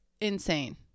insane